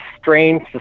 strange